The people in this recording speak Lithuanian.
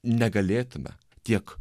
negalėtume tiek